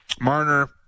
Marner